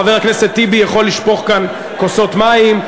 חבר הכנסת טיבי יכול לשפוך כאן כוסות מים,